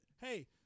Hey